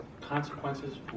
consequences